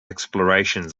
explorations